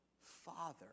father